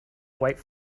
white